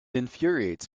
infuriates